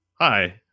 hi